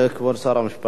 כבוד שר המשפטים,